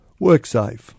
WorkSafe